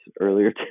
earlier